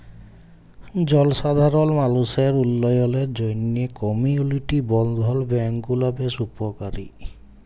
জলসাধারল মালুসের উল্ল্যয়লের জ্যনহে কমিউলিটি বলধ্ল ব্যাংক গুলা বেশ উপকারী